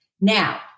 Now